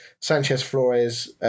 Sanchez-Flores